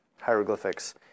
hieroglyphics